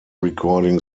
recording